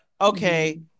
okay